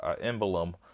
emblem